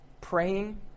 praying